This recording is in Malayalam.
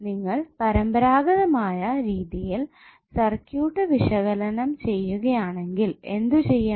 നിങ്ങൾ പരമ്പരാഗതമായ രീതിയിൽ സർക്യൂട്ട് വിശകലനം ചെയ്യുകയാണെങ്കിൽ എന്തു ചെയ്യണം